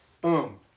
Boom